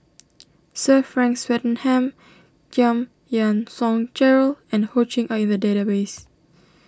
Sir Frank Swettenham Giam Yean Song Gerald and Ho Ching are in the database